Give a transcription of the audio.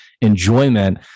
enjoyment